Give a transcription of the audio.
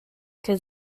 ken